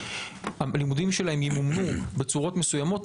הלימודים שלהם ימומנו בצורות מסוימות,